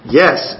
yes